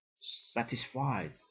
satisfied